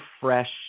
fresh